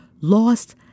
lost